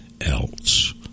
else